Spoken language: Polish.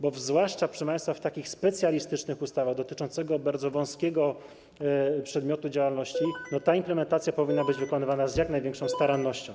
Bo zwłaszcza, proszę państwa, w przypadku specjalistycznych ustaw dotyczących bardzo wąskiego przedmiotu działalności implementacja powinna być wykonywana z jak największą starannością.